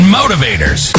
motivators